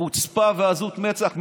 חוצפה ועזות מצח.